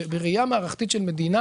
בראייה מערכתית של מדינה